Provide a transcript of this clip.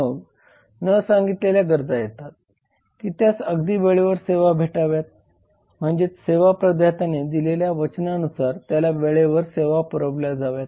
मग न सांगितलेल्या गरजा येतात की त्यास अगदी वेळेवर सेवा भेटाव्यात म्हणजेच सेवा प्रदात्याने दिलेल्या वचनानुसार त्याला वेळेवर सेवा पुरविल्या जाव्यात